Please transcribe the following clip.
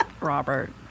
Robert